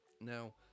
Now